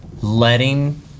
letting